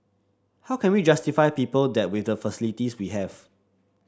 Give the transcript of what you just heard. how can we justify people that with the facilities we have